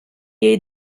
est